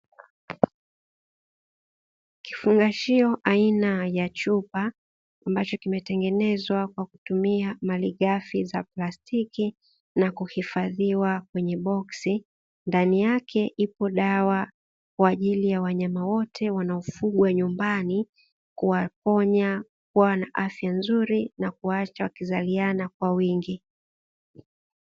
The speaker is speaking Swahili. Kifungashio aina ya chupa ambacho kimetengenezwa kwa kutumia malighafi za plastiki na kuhifadhiwa kwenye boksi ndani yake ipo dawa kwa ajili ya wanyama wote wanaofugwa nyumbani kuwaponya, kuwa na afya nzuri na kuwaacha wakizaliana kwa wingi.